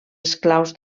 esclaus